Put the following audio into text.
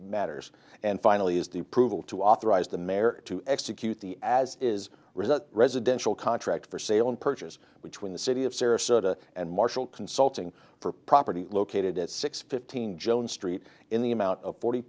matters and finally is the proving to authorize the mayor to execute the as is residential contract for sale and purchase which when the city of sarasota and marshall consulting for property located at six fifteen jones street in the amount of forty